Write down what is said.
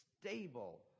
stable